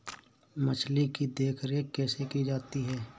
मछली की देखरेख कैसे की जाती है?